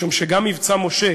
משום שגם "מבצע משה",